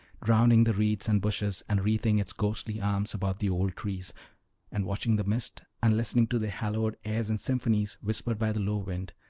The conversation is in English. drowning the reeds and bushes, and wreathing its ghostly arms about the old trees and watching the mist, and listening to the hallowed airs and symphonies whispered by the low wind,